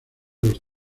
los